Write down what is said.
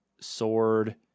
sword